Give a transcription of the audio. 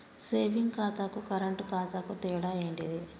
Saving ఖాతాకు current ఖాతాకు తేడా ఏంటిది?